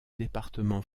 département